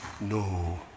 No